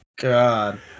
God